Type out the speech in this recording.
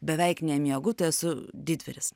beveik nemiegu tai esu didvyris